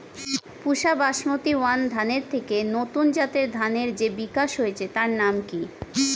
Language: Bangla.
পুসা বাসমতি ওয়ান ধানের থেকে নতুন জাতের ধানের যে বিকাশ হয়েছে তার নাম কি?